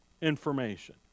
information